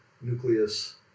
nucleus